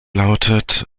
lautet